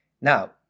Now